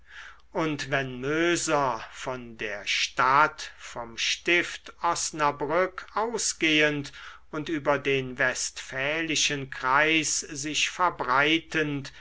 und wenn möser von der stadt vom stift osnabrück ausgehend und über den westfälischen kreis sich verbreitend